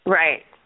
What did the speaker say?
right